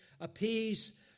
appease